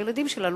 אלה הילדים שלנו,